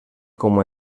com